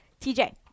TJ